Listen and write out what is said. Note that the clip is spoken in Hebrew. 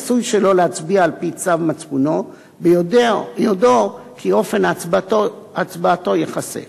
עשוי שלא להצביע על-פי צו מצפונו ביודעו כי אופן הצבעתו ייחשף.